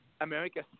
America